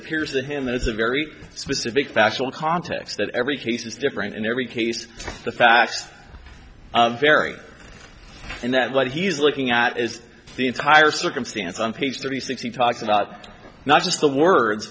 appears that him it's a very specific factual context that every case is different in every case the facts vary in that light he's looking at is the entire circumstance on page thirty six he talks about not just the words